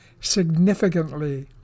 significantly